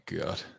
god